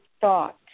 thought